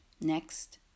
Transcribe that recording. Next